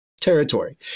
territory